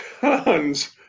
tons